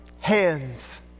hands